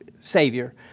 savior